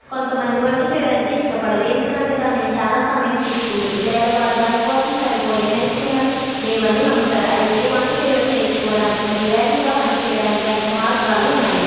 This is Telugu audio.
కొంతమంది వంట చేయడానికి ఇష్టపడరు ఎందుకంటే దానికి చాలా సమయం తీసుకుంటుంది లేదా వారి దానికోసం సరిపోయే నైపుణ్యాలు లేవని నమ్ముతారు అయితే వంట చేయడం నేర్చుకోవడానికి మరి వేగంగా వంట చేయడానికి అనేక మార్గాలు ఉన్నాయి